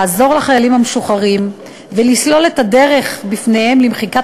לעזור לחיילים המשוחררים ולסלול לפניהם את הדרך למחיקת